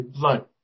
blood